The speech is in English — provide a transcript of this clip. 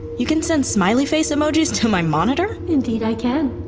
you can send smiley face emojis to my monitor? indeed i can